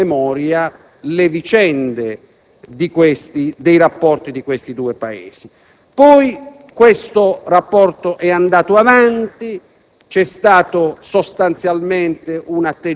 condiziona ancora, con la sua memoria, le vicende dei rapporti fra i nostri due Paesi. Questo rapporto è poi andato avanti,